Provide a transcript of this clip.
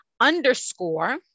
underscore